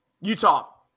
Utah